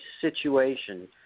situation